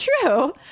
true